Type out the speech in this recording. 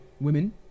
women